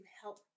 help